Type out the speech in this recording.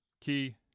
key